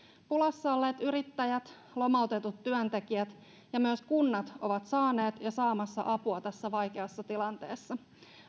pulassa olleet yrittäjät lomautetut työntekijät ja myös kunnat ovat saaneet ja saamassa apua tässä vaikeassa tilanteessa